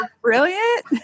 brilliant